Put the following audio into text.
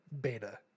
beta